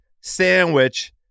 sandwich